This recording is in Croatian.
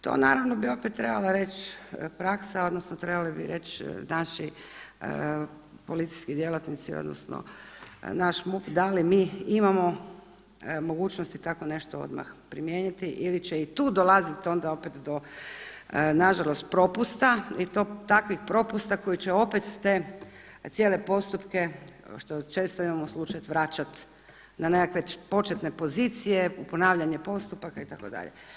To naravno bi opet trebala reći praksa, odnosno, trebali bi reći naši policijski djelatnici, odnosno naš MUP da li mi imamo mogućnosti tako nešto primijeniti ili će i tu dolaziti opet do na žalost propusta i to takvih propusta koji će opet te cijele postupke što često imamo slučaj vraćat na nekakve početne pozicije u ponavljanje postupaka itd.